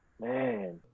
man